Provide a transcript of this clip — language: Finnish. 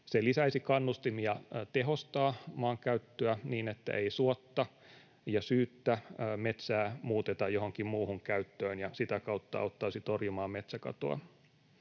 Se lisäisi kannustimia tehostaa maankäyttöä niin, että ei suotta ja syyttä metsää muuteta johonkin muuhun käyttöön, ja sitä kautta auttaisi torjumaan metsäkatoa.